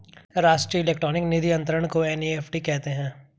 राष्ट्रीय इलेक्ट्रॉनिक निधि अनंतरण को एन.ई.एफ.टी कहते हैं